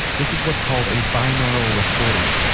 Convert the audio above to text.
this is what's called a binaural recording.